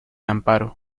amparo